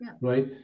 right